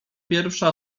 pierwsza